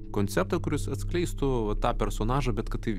konceptą kuris atskleistų vą tą personažą bet kad tai